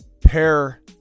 pair